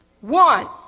One